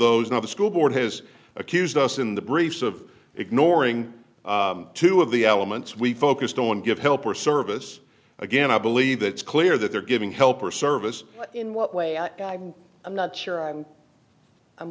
those of the school board has accused us in the briefs of ignoring two of the elements we focused on give help or service again i believe that it's clear that they're giving help or service in what way i'm not sure i'm i'm